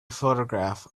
photograph